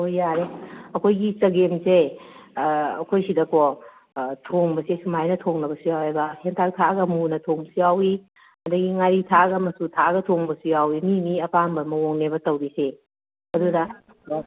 ꯍꯣꯏ ꯌꯥꯔꯦ ꯑꯩꯈꯣꯏꯒꯤ ꯆꯒꯦꯝꯁꯦ ꯑꯩꯈꯣꯏ ꯁꯤꯗꯀꯣ ꯊꯣꯡꯕꯁꯦ ꯁꯨꯃꯥꯏꯅ ꯊꯣꯡꯅꯕꯁꯨ ꯌꯥꯎꯋꯦꯕ ꯍꯦꯟꯇꯥꯛ ꯊꯥꯛꯑꯒ ꯃꯨꯅ ꯊꯣꯡꯕꯁꯨ ꯌꯥꯎꯋꯤ ꯑꯗꯒꯤ ꯉꯥꯔꯤ ꯊꯥꯛꯑꯒ ꯃꯆꯨ ꯊꯥꯛꯑꯒ ꯊꯣꯡꯕꯁꯨ ꯌꯥꯎꯋꯤ ꯃꯤ ꯃꯤꯒꯤ ꯑꯄꯥꯝꯕ ꯃꯋꯣꯡꯅꯦꯕ ꯇꯧꯔꯤꯁꯦ ꯑꯗꯨꯅ